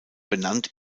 benannt